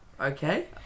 okay